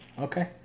Okay